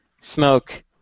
smoke